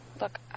Look